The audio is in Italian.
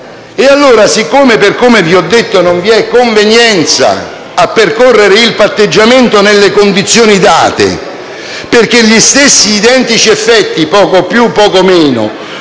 altri. Siccome - per come vi ho detto - non vi è convenienza a percorrere il patteggiamento nelle condizioni date, perché gli stessi identici effetti - poco più o poco meno